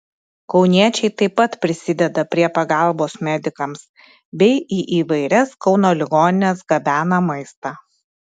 kauniečiai taip pat prisideda prie pagalbos medikams bei į įvairias kauno ligonines gabena maistą